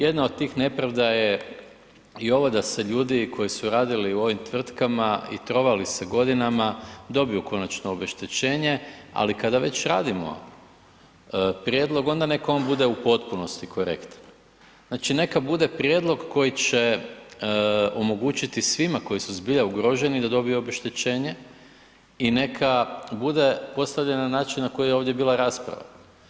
Jedna od tih nepravda je da i ovo da se ljudi koji su radili u ovim tvrtkama i trovali se godinama, dobiju konačno obeštećenje, ali kad već radimo prijedlog onda nek on bude u potpunosti korektan, znači neka bude prijedlog koji će omogućiti svima koji su zbilja ugroženi da dobiju obeštećenje i neka bude postavljen na način na koji je ovdje bila rasprava.